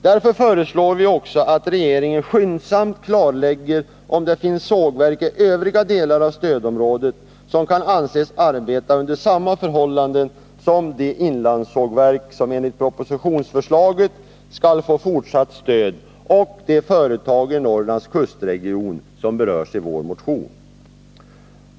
Därför föreslår vi att regeringen skyndsamt klarlägger om det finns sågverk i övriga delar av stödområdet som kan anses arbeta under samma förhållanden som de inlandssågverk som enligt propositionsförslaget skall få fortsatt stöd och de företag i Norrlands kustregion som berörs i vår motion.